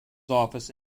office